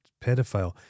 pedophile